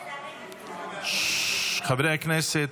חברי הכנסת,